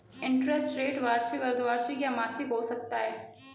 interest rate वार्षिक, अर्द्धवार्षिक या मासिक हो सकता है